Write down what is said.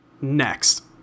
next